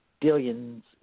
billions